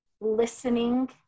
listening